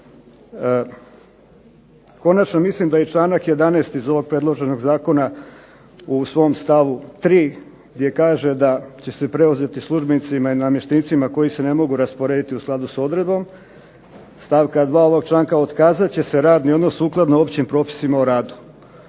Konačno mislim da članak 11. iz ovog predloženog Zakona u svom stavu 3. gdje kaže da će se preuzeti službenicima i namještenicima koji se ne mogu rasporediti u skladu s odredbom stavka 2. ovog članka, otkazat će se radni odnos sukladno općim propisima o radu.